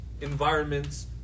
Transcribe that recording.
environments